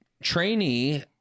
Trainee